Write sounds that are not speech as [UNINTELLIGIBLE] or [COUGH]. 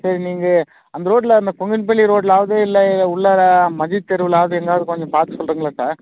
சரி நீங்கள் அந்த ரோட்டில் [UNINTELLIGIBLE] ரோட்டில் இல்லை உள்ளார மதில்தெருலாவது எங்கேயாவது கொஞ்சம் பார்த்து சொல்லுறிங்களா சார்